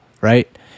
right